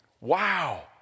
wow